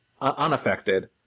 unaffected